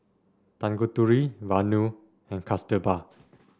Tanguturi Vanu and Kasturba